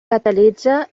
catalitza